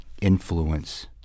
influence